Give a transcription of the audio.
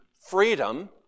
freedom